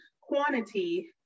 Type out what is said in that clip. quantity